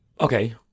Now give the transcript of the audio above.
Okay